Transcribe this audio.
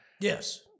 Yes